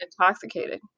intoxicated